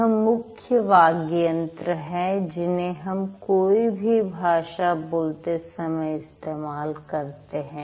यह मुख्य वाग्यंत्र है जिन्हें हम कोई भी भाषा बोलते समय इस्तेमाल करते हैं